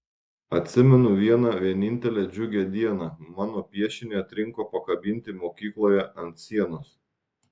atsimenu vieną vienintelę džiugią dieną mano piešinį atrinko pakabinti mokykloje ant sienos